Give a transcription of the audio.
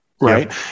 right